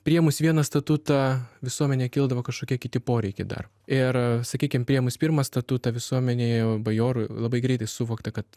priėmus vieną statutą visuomenėj kildavo kažkokie kiti poreikiai dar ir sakykim priėmus pirmą statutą visuomenėje bajorų labai greitai suvokta kad